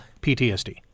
PTSD